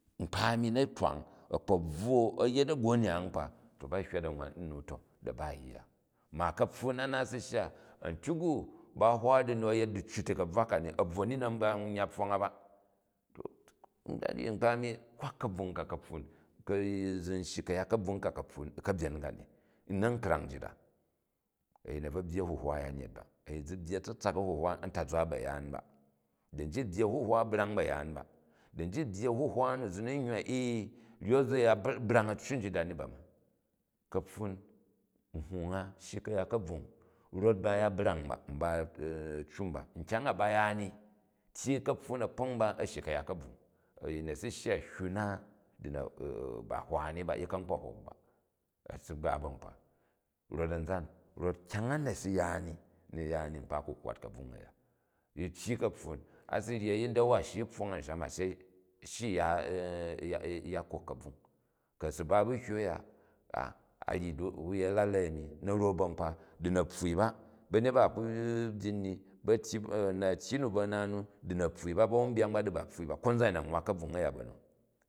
Nkpa a̱mi na̱ ywang, a̱ kpo bvwo, a̱ yet a̱goni a kkpa. To bai hywa da nwan to da ba u̱ yya mda kapfun a naat shya antyok u ba hwa di nu a̱yet diccu ti ka̱bvwa ka ni, a̱ bvwa ni na̱ yya pfong a ba, u gome nkpa a̱min kwak ka̱bvung ka ka̱pfun, zi n shyi kayat kabvug ka kapfun u katyen kain, u̱ na̱nkrang njit a, a̱yin a bvo byyi a̱ huhwa a̱yanyet ba ee, zi byyi a̱tsatsak a̱huhwa a̱n tazwa bayaan ba da njit u byyi a̱huhwa brang ba̱yaan ba, da̱ njit u byyi a̱huhwa nu zi in u hywa ee. Nyok zi brang a̱ccu njit a ni ba. Ka̱pfun ndung a shyi ka̱yat ka̱bvung, rot ba ya brang ba, mba aceu mba, nkyang a ba ya in tyyi ka̱ptun a̱kpok mba, a̱ shyi kayat kabvung, a̱yin a̱ si shya hywu ni ba, yi ka̱ kpo hok, ba si ba ba nkpa, rot a̱nzan, rot kyang a na̱ si ya ni, na̱ ya ni nkpa ku kwwal kabvung ka ni tyyi ka̱pfun a̱ si ryi a̱yin chi a̱ shyi u pfong amsham asa a̱ shyi u ya kok ka̱bvung. Ku a̱ si ba bu hywu a̱ya, a ryi kunyel a̱lale ani na̱ ro ba̱ nkoa, di na̱ pfwui ba, ba̱nyet ba a̱ ku byin ni, a̱tyyi nu bu a̱na nu, di na̱ ofui ba bawumbyang ba di ba pfwui ba konzan a̱yin a̱ nwwa ka̱bvung aya ba̱ nu.